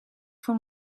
voor